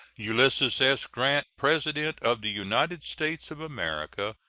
ulysses s. grant, president of the united states of america,